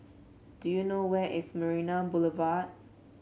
do you know where is Marina Boulevard